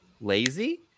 lazy